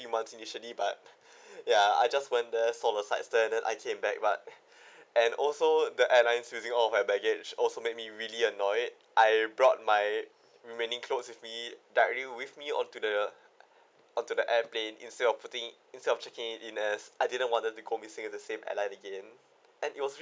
~e months initially but ya I just went there saw the sights there then I came back but and also the airlines loosing all of my baggage also make me really annoyed I brought my remaining cloths with me directly with me on to the on to the airplane instead of putting instead of checking it in as I didn't wanted to go missing at the same airline again and it was real~